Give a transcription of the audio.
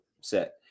set